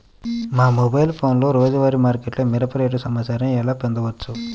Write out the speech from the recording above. మా మొబైల్ ఫోన్లలో రోజువారీ మార్కెట్లో మిరప రేటు సమాచారాన్ని ఎలా పొందవచ్చు?